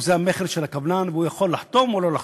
חוזה המכר של הקבלן, והוא יכול לחתום או לא לחתום.